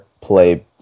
play